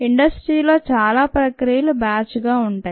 ఇండస్ట్రీలో చాలా ప్రక్రియలు బ్యాచ్ గా ఉంటాయి